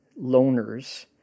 loners